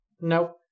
nope